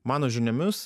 mano žiniomis